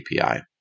API